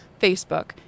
Facebook